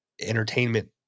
entertainment